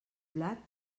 blat